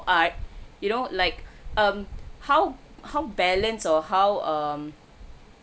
I you know like um how how balance or how um